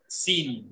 scene